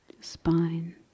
spine